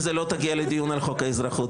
זה אפילו לא מוכר שאינו רשמי,